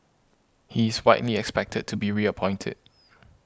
he's widely expected to be reappointed